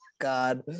god